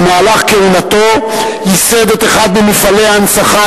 במהלך כהונתו ייסד את אחד ממפעלי ההנצחה